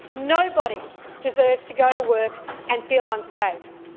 nobody deserves to go to work and feel unsafe.